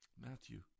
Matthew